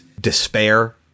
despair